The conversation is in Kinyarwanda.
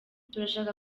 turashaka